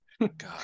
God